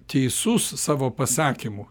teisus savo pasakymu